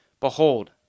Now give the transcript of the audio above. Behold